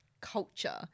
culture